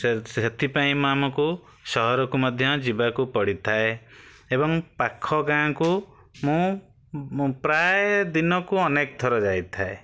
ସେ ସେଥିପାଇଁ ଆମକୁ ସହରକୁ ମଧ୍ୟ ଯିବାକୁ ପଡ଼ିଥାଏ ଏବଂ ପାଖ ଗାଁକୁ ମୁଁ ପ୍ରାୟ ଦିନକୁ ଅନେକଥର ଯାଇଥାଏ